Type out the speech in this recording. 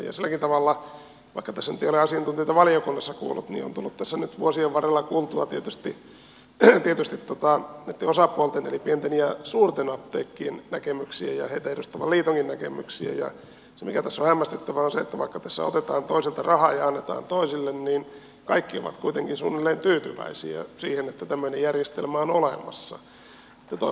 vaikka tässä nyt ei ole asiantuntijoita valiokunnassa kuullut niin on tullut tässä nyt vuosien varrella kuultua tietysti näitten osapuolten eli pienten ja suurten apteekkien näkemyksiä ja heitä edustavan liitonkin näkemyksiä ja se mikä tässä on hämmästyttävää on se että vaikka tässä otetaan toisilta rahaa ja annetaan toisille niin kaikki ovat kuitenkin suunnilleen tyytyväisiä siihen että tämmöinen järjestelmä on olemassa